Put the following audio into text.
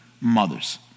mothers